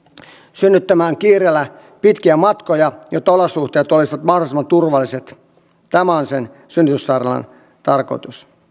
synnyttämään kiireellä pitkiä matkoja jotta olosuhteet olisivat mahdollisimman turvalliset tämä on sen synnytyssairaalan tarkoitus